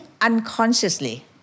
unconsciously